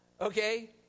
Okay